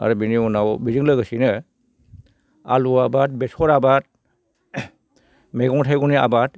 आरो बेनि उनाव बेजों लोगोसेनो आलु आबाद बेसर आबाद मैगं थायगंनि आबाद